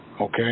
okay